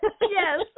Yes